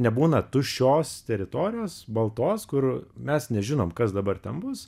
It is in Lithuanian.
nebūna tuščios teritorijos baltos kur mes nežinom kas dabar ten bus